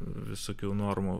visokių normų